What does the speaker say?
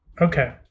Okay